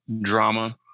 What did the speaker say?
drama